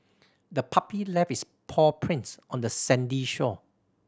the puppy left its paw prints on the sandy shore